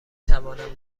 توانم